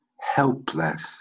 helpless